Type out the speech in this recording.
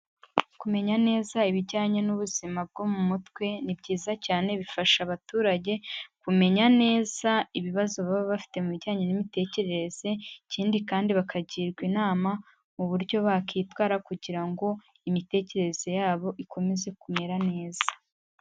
Kumenya neza ibijyanye n'ubuzima bwo mu mutwe ni byiza cyane bifasha abaturage kumenya neza ibibazo baba bafite mu bijyanye n'imitekerereze, ikindi kandi bakagirwa inama mu buryo bakwitwara kugira ngo imitekerereze yabo ikomeze kumera neza.